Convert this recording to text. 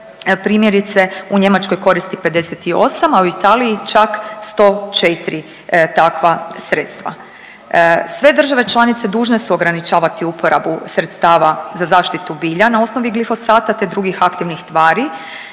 primjerice u Njemačkoj koristi 58, a u Italiji čak 104 takva sredstva. Sve države članice dužne su ograničavati uporabu sredstava za zaštitu bilja na osnovi glifosata te drugih aktivnih tvari